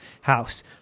house